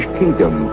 kingdom